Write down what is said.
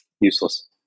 Useless